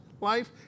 life